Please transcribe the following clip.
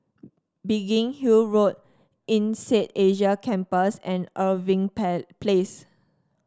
Biggin Hill Road INSEAD Asia Campus and Irving Place